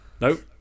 Nope